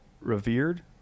revered